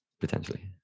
potentially